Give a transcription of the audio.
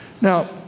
Now